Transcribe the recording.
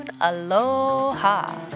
Aloha